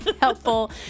helpful